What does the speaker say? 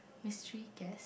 mystery guest